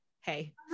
Hey